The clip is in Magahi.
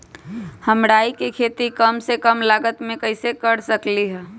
हम राई के खेती कम से कम लागत में कैसे कर सकली ह?